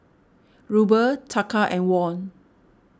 Ruble Taka and Won